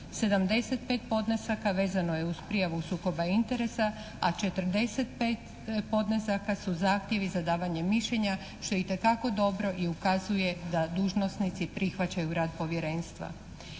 75 podnesaka vezano je uz prijavu sukoba interesa, a 45 podnesaka su zahtjevi za davanje mišljenja što je itekako dobro i ukazuje da dužnosnici prihvaćaju rad Povjerenstva.